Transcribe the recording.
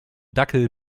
dackel